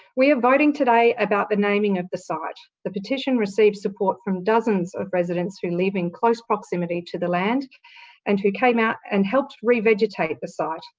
we are voting today about the naming of the site. the petition received support from dozens of residents who live in close proximity to the land and who came out and helped revegetate the site.